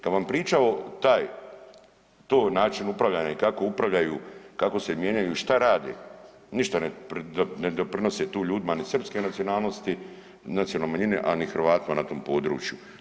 Kada … [[ne razumije se]] pričao taj, to način upravljanja i kako upravljaju, kako se mijenjaju i što rade ništa ne doprinose tu ljudima ni srpske nacionalnosti, nacionalne manjine, a ni Hrvatima na tom području.